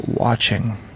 watching